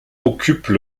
occupent